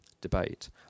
debate